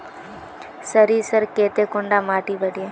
सरीसर केते कुंडा माटी बढ़िया?